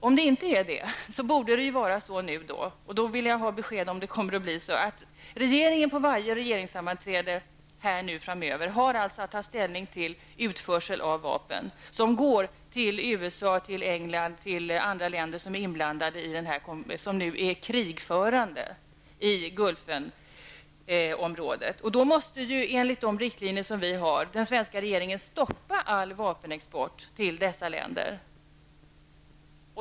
Om det inte är så, borde det då vara så -- där vill jag ha besked om det kommer att bli så -- att regeringen vid varje regeringssammanträde framöver alltså har att ta ställning till utförsel av vapen som går till USA, England och andra länder som är krigförande i Gulfen. Då måste enligt de riktlinjer som vi har den svenska regeringen stoppa all vapenexport till dessa länder.